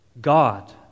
God